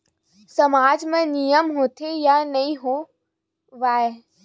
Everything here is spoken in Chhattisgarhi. सामाज मा नियम होथे या नहीं हो वाए?